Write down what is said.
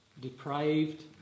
depraved